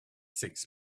six